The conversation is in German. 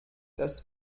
das